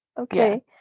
okay